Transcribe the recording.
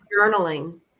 Journaling